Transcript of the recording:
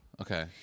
okay